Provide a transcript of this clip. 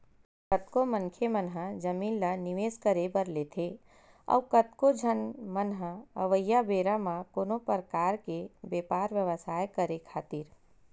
कतको मनखे मन ह जमीन ल निवेस करे बर लेथे अउ कतको झन मन ह अवइया बेरा म कोनो परकार के बेपार बेवसाय करे खातिर